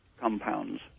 compounds